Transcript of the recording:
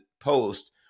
post